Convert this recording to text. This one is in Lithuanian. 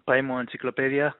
paimu enciklopediją